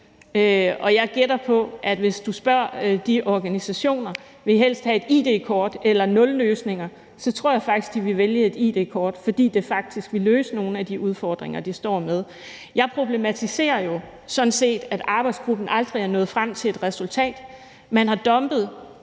blevet hørt, og hvis du spørger de organisationer, om de helst vil have et id-kort eller nulløsninger, så tror jeg faktisk, at de vil vælge et id-kort, fordi det ville løse nogle af de udfordringer, de står med. Jeg problematiserer jo sådan set, at arbejdsgruppen aldrig er nået frem til et resultat. Man har dumpet